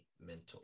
mental